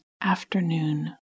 afternoon